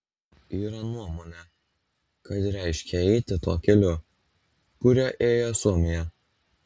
yra nuomonė kad reiškia eiti tuo keliu kuriuo ėjo suomija